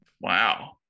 Wow